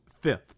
fifth